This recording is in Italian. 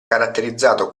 caratterizzato